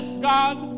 God